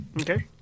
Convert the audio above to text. Okay